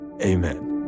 amen